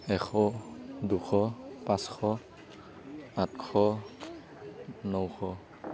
এশ দুশ পাঁচশ আঠশ নশ